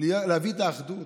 להביא את האחדות,